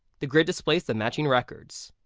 the grid displays the matching records.